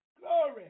glory